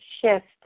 shift